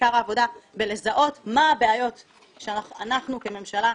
עיקר העבודה בלזהות מה הבעיות שאנחנו כממשלה,